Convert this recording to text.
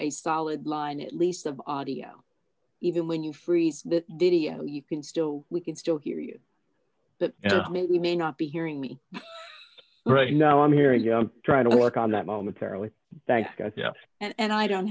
a solid line at least of audio even when you freeze you can still we can still hear you that means we may not be hearing me right now i'm hearing you i'm trying to work on that momentarily thanks guys yeah and i don't